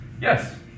Yes